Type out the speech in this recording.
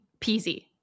peasy